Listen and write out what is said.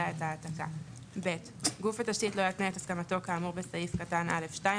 את ההעתקה; (ב) גוף התשתית לא יתנה את הסכמתו כאמור בסעיף קטן (א)(2),